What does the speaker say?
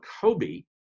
Kobe